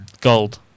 Gold